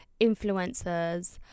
influencers